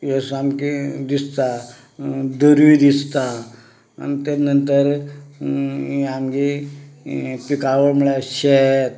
यें सामकें दिसता दर्यो दिसता आनी तेज नंतर ये आमगें ये पिकावळ म्हणल्यार शेत